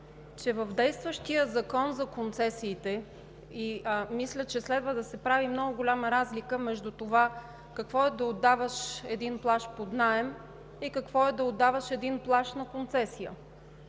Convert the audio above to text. че по действащия Закон за концесиите следва да се прави много голяма разлика между това какво е да отдаваш един плаж под наем и какво е да отдаваш един плаж на концесия.